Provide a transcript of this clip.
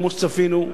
כמו שצפינו.